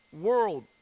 world